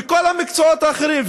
מכל המקצועות האחרים.